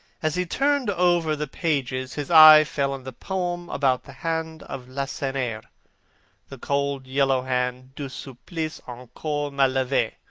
as he turned over the pages, his eye fell on the poem about the hand of lacenaire, the cold yellow hand du supplice encore mal lavee,